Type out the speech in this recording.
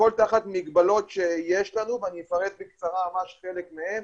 הכול תחת מגבלות שיש לנו ואני אפרט בקצרה ממש חלק מהם.